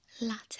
Latte